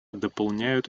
дополняют